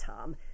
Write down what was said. Tom